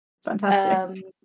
Fantastic